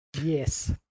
yes